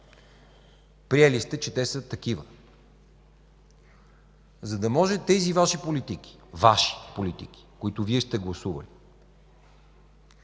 Приели сте, че те са такива. За да може тези Ваши политики – Ваши политики, които Вие сте гласували,